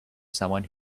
someone